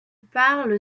parle